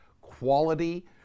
quality